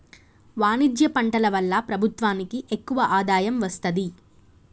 వాణిజ్య పంటల వల్ల ప్రభుత్వానికి ఎక్కువ ఆదాయం వస్తది